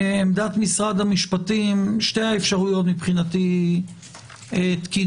עמדת משרד המשפטים שתי האפשרויות מבחינתי תקינות.